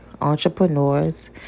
entrepreneurs